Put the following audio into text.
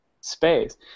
space